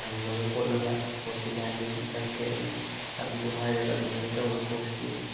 ꯍꯪꯉꯒ ꯈꯣꯠꯂꯒ ꯏꯁꯄꯣꯔꯠꯀꯤ ꯂꯥꯏꯟꯗ ꯁꯤ ꯆꯠꯀꯦ ꯑꯩ ꯍꯥꯏꯕꯗꯨ ꯍꯥꯏꯔꯒ ꯑꯗꯨꯃꯥꯏꯅ ꯇꯧꯔꯒ ꯀꯣꯔꯁꯀꯤ